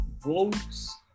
Votes